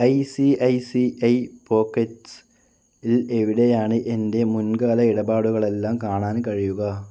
I C I C I pockets സിൽ എവിടെയാണ് എൻ്റെ മുൻകാല ഇടപാടുകളെല്ലാം കാണാൻ കഴിയുക